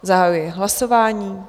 Zahajuji hlasování.